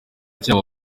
cyaha